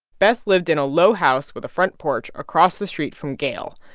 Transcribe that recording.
beth lived in a low house with a front porch across the street from gayle.